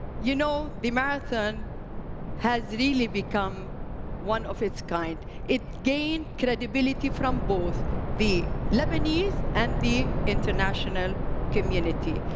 you know, the marathon has really become one of its kind. it gained credibility from both the lebanese and the international community.